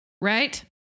Right